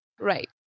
Right